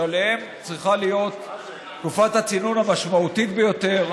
שעליהם צריכה להיות תקופת הצינון המשמעותית ביותר,